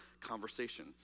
conversation